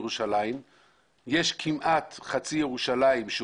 יש כמה מתחמים אדומים בירושלים,